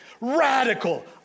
radical